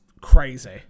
crazy